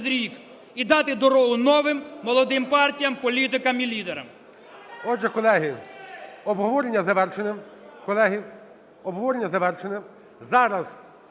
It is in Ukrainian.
і дати дорогу новим молодим партіям, політикам і лідерам.